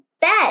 bed